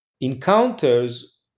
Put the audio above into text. encounters